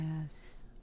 yes